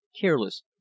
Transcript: careless